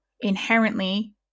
inherently